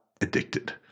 addicted